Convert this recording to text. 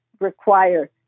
require